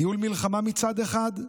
ניהול מלחמה מצד אחד,